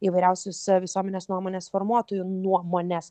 įvairiausius visuomenės nuomonės formuotojų nuomones